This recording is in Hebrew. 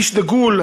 איש דגול,